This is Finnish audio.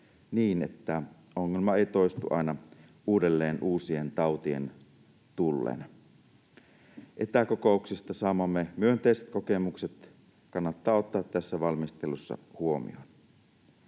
niin, että ongelma ei toistu aina uudelleen uusien tautien tullen. Etäkokouksista saamamme myönteiset kokemukset kannattaa ottaa tässä valmistelussa huomioon.